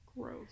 Gross